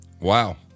Wow